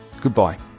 goodbye